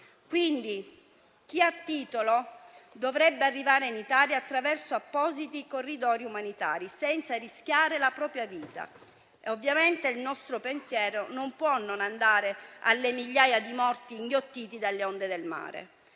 Quindi, chi ha titolo dovrebbe arrivare in Italia attraverso appositi corridoi umanitari, senza rischiare la propria vita. Ovviamente, il nostro pensiero non può non andare alle migliaia di morti inghiottiti dalle onde del mare.